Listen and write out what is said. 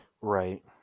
right